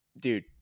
dude